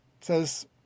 says